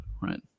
right